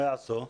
מה יעשו?